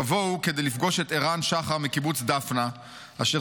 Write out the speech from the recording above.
תבואו כדי לפגוש את ערן שחר מקיבוץ דפנה אשר